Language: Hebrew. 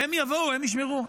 הם יבואו, הם ישמרו?